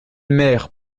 mère